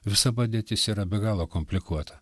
visa padėtis yra be galo komplikuota